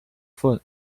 foot